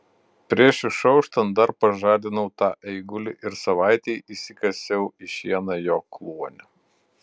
prieš išauštant dar pažadinau tą eigulį ir savaitei įsikasiau į šieną jo kluone